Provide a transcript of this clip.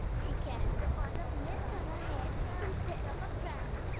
she carries a pot of milk on her head instead of a crown.